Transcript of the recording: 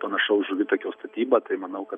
panašaus žuvitakio statybą tai manau kad